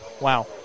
Wow